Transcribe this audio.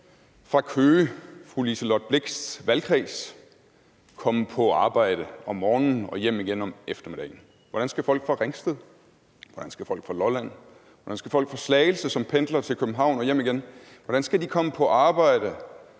fra Køge, fru Liselott Blixts valgkreds, komme på arbejde om morgenen og hjem igen om eftermiddagen? Hvordan skal folk fra Ringsted, hvordan skal folk fra Lolland, hvordan skal folk fra Slagelse, som pendler til København og hjem igen, komme på arbejde,